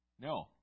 No